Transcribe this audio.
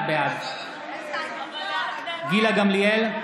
בעד גילה גמליאל,